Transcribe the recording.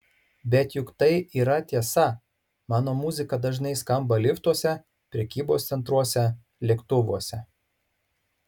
bet juk tai yra tiesa mano muzika dažnai skamba liftuose prekybos centruose lėktuvuose